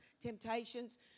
temptations